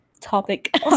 topic